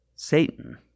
Satan